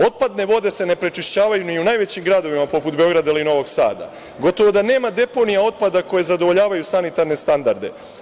Otpadne vode se ne pričišćavaju ni u najvećim gradovima, poput Beograda ili Novog Sada, gotovo da nema deponija otpada koje zadovoljavaju sanitarne standarde.